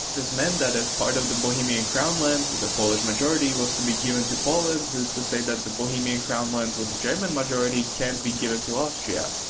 this meant that if part of the bohemian crown lands with a polish majority was to be given to poland who's to say that the bohemian crown lands with german majority can't be given to austria.